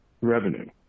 revenue